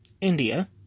India